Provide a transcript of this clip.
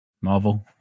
Marvel